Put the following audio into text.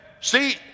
See